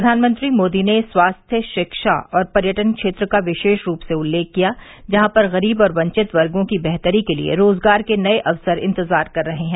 प्रधानमंत्री मोदी ने स्वास्थ्य शिक्षा और पर्यटन क्षेत्र का विशेष रूप से उल्लेख किया जहां पर गरीब और वंचित वर्गों की बेहतरी के लिए रोजगार के नये अवसर इंतजार कर रहे हैं